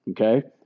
Okay